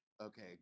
okay